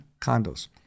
condos